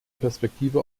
perspektive